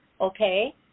Okay